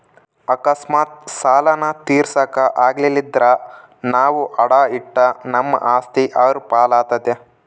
ಅಕಸ್ಮಾತ್ ಸಾಲಾನ ತೀರ್ಸಾಕ ಆಗಲಿಲ್ದ್ರ ನಾವು ಅಡಾ ಇಟ್ಟ ನಮ್ ಆಸ್ತಿ ಅವ್ರ್ ಪಾಲಾತತೆ